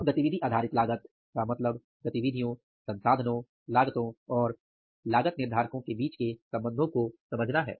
अब गतिविधि आधारित लागत का मतलब गतिविधियों संसाधनों लागतों और लागत निर्धारकों के बीच के संबंधों को समझना है